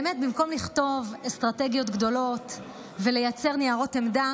במקום לכתוב אסטרטגיות גדולות ולייצר ניירות עמדה,